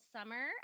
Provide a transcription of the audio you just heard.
Summer